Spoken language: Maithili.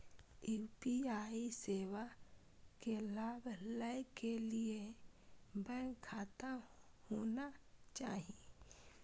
यू.पी.आई सेवा के लाभ लै के लिए बैंक खाता होना चाहि?